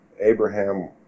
Abraham